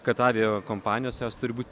kad avia kompanijos jos turi būt